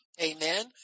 Amen